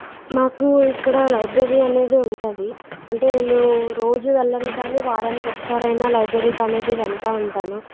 మాకు ఇక్కడ లైబ్రరీ అనేది ఉంటుంది అంటే నేను రోజు వెళ్ళను కాని వారానికి ఒకసారి అయినా లైబ్రరీకి అనేది వెళ్తా ఉంటాను